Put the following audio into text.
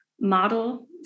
model